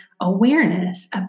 awareness